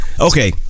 Okay